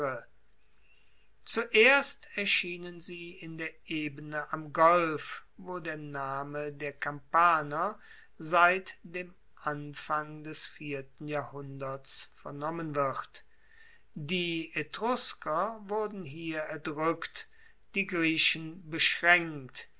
zuerst erschienen sie in der ebene am golf wo der name der kampaner seit dem anfang des vierten jahrhunderts vernommen wird die etrusker wurden hier erdrueckt die griechen beschraenkt